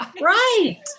right